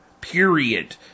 period